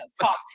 talk